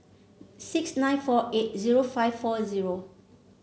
six nine four eight zero five four zero